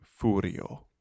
Furio